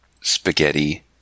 spaghetti